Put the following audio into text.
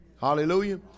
Hallelujah